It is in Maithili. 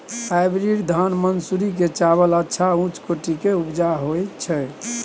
हाइब्रिड धान मानसुरी के चावल अच्छा उच्च कोटि के उपजा होय छै?